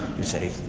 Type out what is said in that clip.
you say.